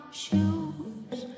shoes